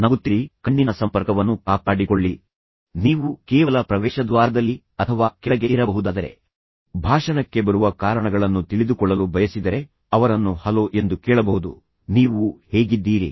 ನಗುತ್ತಿರಿ ಕಣ್ಣಿನ ಸಂಪರ್ಕವನ್ನು ಕಾಪಾಡಿಕೊಳ್ಳಿ ನೀವು ಕೇವಲ ಪ್ರವೇಶದ್ವಾರದಲ್ಲಿ ಅಥವಾ ಕೆಳಗೆ ಇರಬಹುದಾದರೆ ಭಾಷಣಕ್ಕೆ ಬರುವ ಕಾರಣಗಳನ್ನು ತಿಳಿದುಕೊಳ್ಳಲು ಬಯಸಿದರೆ ಅವರನ್ನು ಹಲೋ ಎಂದು ಕೇಳಬಹುದು ನೀವು ಹೇಗಿದ್ದೀರಿ